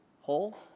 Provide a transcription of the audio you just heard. hole